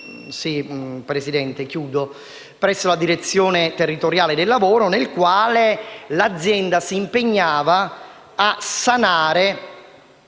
un accordo presso la direzione territoriale del lavoro, nel quale l'azienda si impegnava a sanare